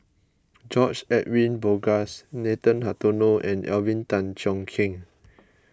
George Edwin Bogaars Nathan Hartono and Alvin Tan Cheong Kheng